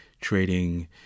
trading